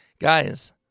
guys